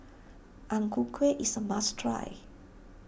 Ang Ku Kueh is a must try